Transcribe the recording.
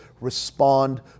respond